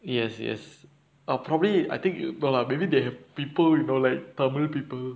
yes yes I'll probably I think no lah maybe they have people you know like tamil people